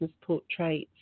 portraits